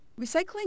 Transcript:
Recycling